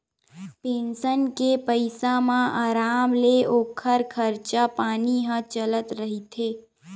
pension के पइसा म अराम ले ओखर खरचा पानी ह चलत रहिथे